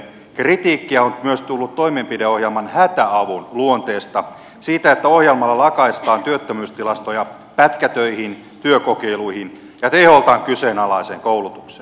kritiikkiä on tullut myös toimenpideohjelman hätäavun luonteesta siitä että ohjelmalla lakaistaan työttömyystilastoja pätkätöihin työkokeiluihin ja teholtaan kyseenalaiseen koulutukseen